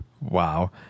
Wow